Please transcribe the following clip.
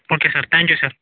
okay sir thank you sir